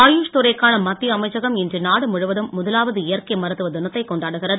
ஆயுஷ் துறைக்கான மத்திய அமைச்சகம் இன்று நாடு முழுவதும் முதலாவது இயற்கை மருத்துவ தினத்தை கொண்டாடுகிறது